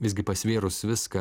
visgi pasvėrus viską